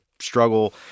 struggle